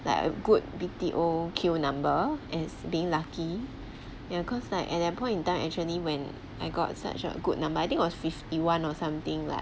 like a good B_T_O queue number as being lucky yeah cause like at that point in time actually when I got such a good number I think it was fifty one or something like